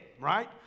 right